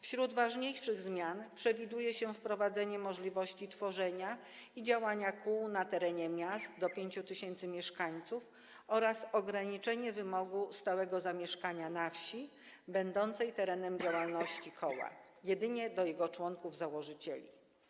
Wśród ważniejszych zmian przewiduje się wprowadzenie możliwości tworzenia i działania kół na terenie miast liczących do 5 tys. mieszkańców oraz ograniczenie wymogu stałego zamieszkania na wsi będącej terenem działalności koła jedynie do jego członków założycieli.